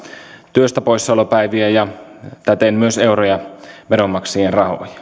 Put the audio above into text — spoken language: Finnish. työstäpoissaolopäiviä ja täten myös euroja veronmaksajien